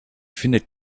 findet